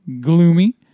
gloomy